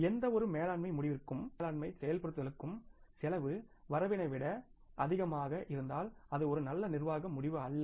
எந்தவொரு மேலாண்மை முடிவிற்கும் எந்தவொரு மேலாண்மை முடிவையும் செயல்படுத்துதல் செலவு வரவினை விட அதிகமாக இருந்தால் அது ஒரு நல்ல நிர்வாக முடிவு அல்ல